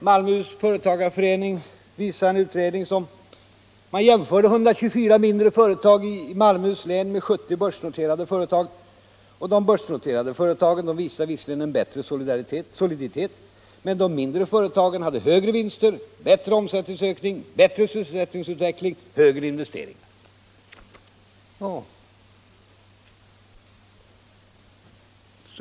Malmöhus läns företagareförening har i en utredning gjort jämförelser mellan 124 mindre företag i Malmöhus län och 70 börsnoterade företag, och av den utredningen framgår att de börsnoterade företagen visserligen hade bättre soliditet, men de mindre företagen hade högre vinster, bättre omsättningsökning, bättre sysselsättningsutveckling och högre investeringar.